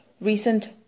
recent